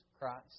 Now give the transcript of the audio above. Christ